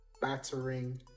battering